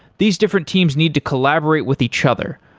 these different teams need to collaborate with each other,